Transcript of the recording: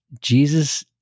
Jesus